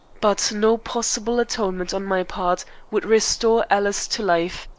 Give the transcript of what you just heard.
but no possible atonement on my part would restore alice to life.